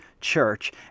church